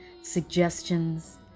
suggestions